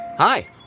Hi